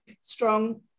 strong